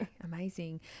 Amazing